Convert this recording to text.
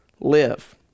live